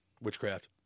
witchcraft